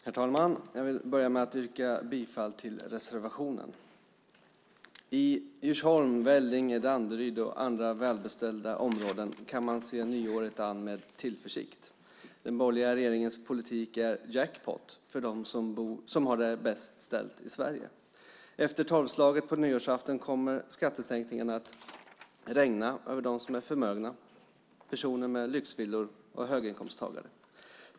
Herr talman! Jag vill börja med att yrka bifall till reservationen. I Djursholm, Vellinge, Danderyd och andra välbeställda områden kan man se nyåret an med tillförsikt. Den borgerliga regeringens politik är jackpott för dem som har det bäst ställt i Sverige. Efter tolvslaget på nyårsafton kommer skattesänkningarna att regna över dem som är förmögna, personer med lyxvillor och höginkomsttagare.